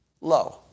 Low